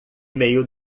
meio